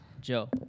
Joe